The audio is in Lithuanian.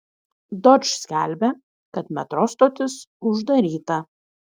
dožd skelbia kad metro stotis uždaryta